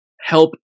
help